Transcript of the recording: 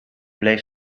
bleef